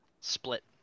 Split